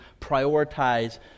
prioritize